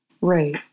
right